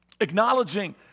acknowledging